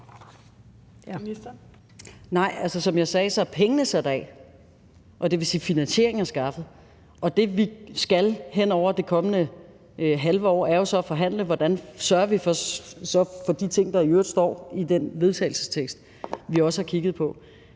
Nej, som jeg sagde, er pengene sat af, og det vil sige, at finansieringen er skaffet. Og det, som vi skal hen over det kommende halve år, er jo så at forhandle om, hvordan vi sørger for de ting, der i øvrigt står i den vedtagelsestekst, som vi også har kigget på.